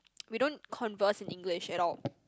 we don't converse in English at all